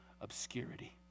obscurity